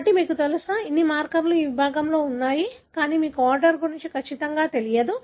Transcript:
కాబట్టి మీకు తెలుసా అన్ని మార్కర్లు ఈ విభాగంలో ఉన్నాయి కానీ మీకు ఆర్డర్ గురించి ఖచ్చితంగా తెలియదు